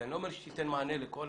ואני לא אומר שהיא תיתן מענה לכל,